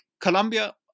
Colombia